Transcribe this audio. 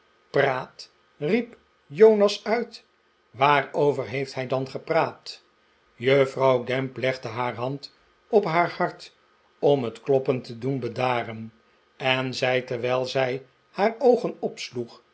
praat riep jonas uit waarover heeft hij dan gepraat juffrouw gamp legde haar hand op naar hart om net kloppen te doen bedaren en zei terwijl zij haar oogen opsloeg